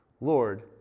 Lord